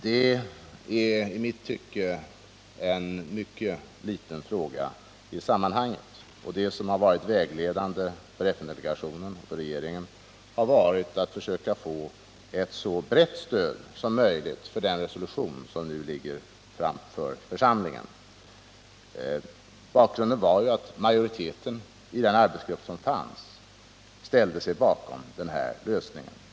Detta är i mitt tycke bara en mycket obetydlig fråga i sammanhanget. Det som har varit vägledande för FN-delegationen och för regeringen har varit att försöka få ett så brett stöd som möjligt för den resolution som nu ligger framför församlingen. Bakgrunden var att majoriteten i den arbetsgrupp som fanns ställde sig bakom den här lösningen.